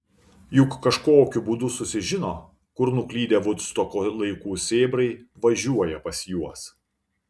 juk kažkokiu būdu susižino kur nuklydę vudstoko laikų sėbrai važiuoja pas juos